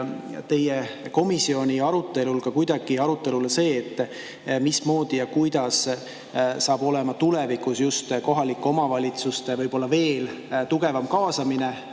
teie komisjoni arutelul ka kuidagi [jutuks] see, mismoodi ja kuidas saab olema tulevikus just kohalike omavalitsuste võib-olla veel tugevam kaasamine